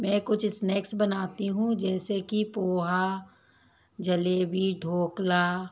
मैं कुछ स्नैक्स बनाती हूँ जैसे कि पोहा जलेबी ढोकला